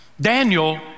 Daniel